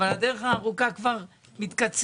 אבל הדרך הארוכה כבר מתקצרת,